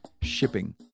shipping